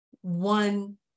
one